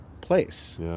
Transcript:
place